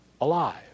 alive